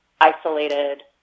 isolated